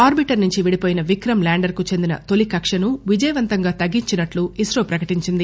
arbiter నుంచి విడిపోయిన Vikram lander కు చెందిన తొలీ కక్కను విజయవంతంగా తగ్గించినట్లు ఇస్రో ప్రకటించింది